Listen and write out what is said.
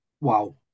wow